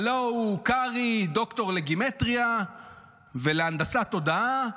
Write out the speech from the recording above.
הלוא הוא קרעי, דוקטור לגימטרייה ולהנדסת תודעה.